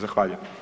Zahvaljujem.